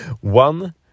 one